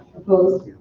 opposed,